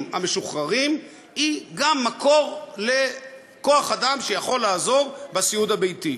המשוחררים היא גם מקור לכוח-אדם שיכול לעזור בסיעוד הביתי.